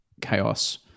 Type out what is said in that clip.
chaos-